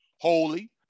holy